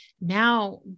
now